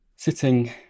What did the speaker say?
Sitting